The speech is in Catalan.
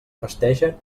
festegen